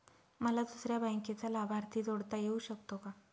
मला दुसऱ्या बँकेचा लाभार्थी जोडता येऊ शकतो का?